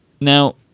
Now